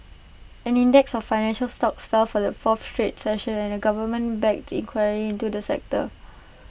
an index of financial stocks fell for the fourth straight session amid A government backed inquiry into the sector